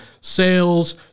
sales